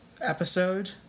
episode